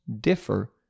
differ